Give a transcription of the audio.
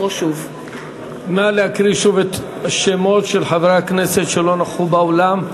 את שמות חברי הכנסת שלא נכחו באולם.